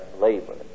labor